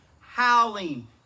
howling